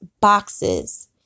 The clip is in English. boxes